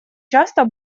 часто